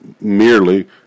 merely